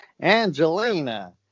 Angelina